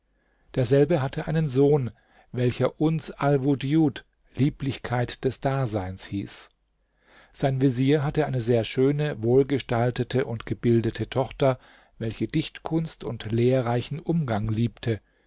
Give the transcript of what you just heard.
derselbe hatte einen sohn welcher uns alwudjud lieblichkeit des daseins hieß sein vezier hatte eine sehr schöne wohlgestaltete und gebildete tochter welche dichtkunst und lehrreichen umgang liebte